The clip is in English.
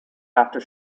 after